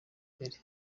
mbere